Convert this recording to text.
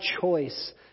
choice